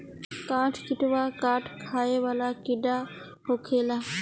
काठ किड़वा काठ खाए वाला कीड़ा होखेले